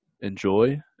enjoy